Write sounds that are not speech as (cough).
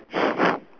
(breath)